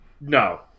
No